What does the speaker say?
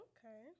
Okay